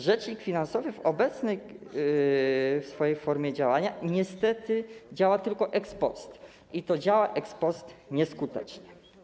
Rzecznik finansowy w obecnej swojej formie działania niestety działa tylko ex post, i to działa ex post nieskutecznie.